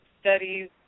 studies